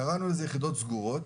קראנו לזה יחידות סגורות,